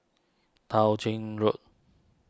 Tao Ching Road